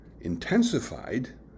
intensified